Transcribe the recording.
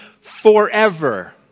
forever